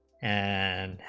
and